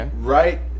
right